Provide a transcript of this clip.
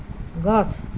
গছ